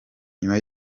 nyuma